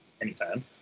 Anytime